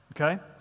Okay